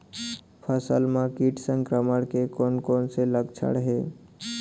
फसल म किट संक्रमण के कोन कोन से लक्षण हे?